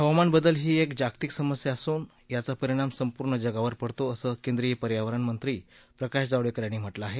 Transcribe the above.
हवामान बदल ही एक जागतिक समस्या असून याचा परिणाम संपूर्ण जगावर पडतो असं केंद्रीय पर्यावरण वन आणि हवामान बदल मंत्री प्रकाश जावडेकर यांनी म्हटलं आहे